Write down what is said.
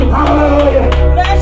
Hallelujah